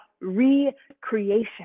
re-creation